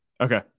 Okay